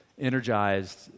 energized